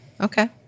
Okay